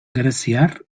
greziar